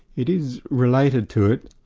it is related to it.